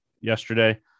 yesterday